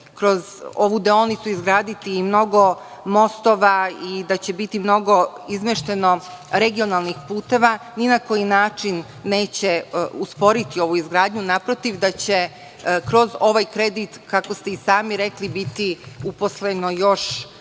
kroz ovu deonicu izgraditi i mnogo mostova, i da će biti mnogo izmešteno regionalnih puteva, ni na koji način neće usporiti ovu izgradnju. Naprotiv, da će kroz ovaj kredit, kako ste i sami rekli, biti uposleno još